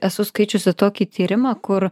esu skaičiusi tokį tyrimą kur